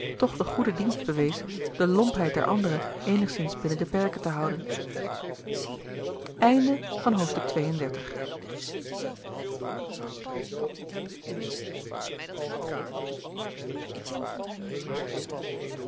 toch den goeden dienst bewees de lompheid der andere eenigszins binnen de perken te houden